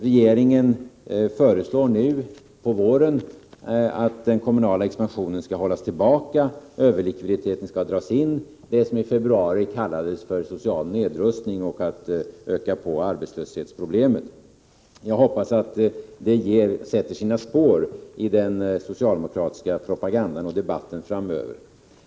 Regeringen föreslår nu på våren att den kommunala expansionen skall hållas tillbaka och överlikviditeten skall dras in, det som i februari kallades för social nedrustning och ökning av arbetslöshetsproblemet. Jag hoppas att det sätter sina spår i den socialdemokratiska propagandan och debatten framöver.